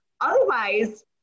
otherwise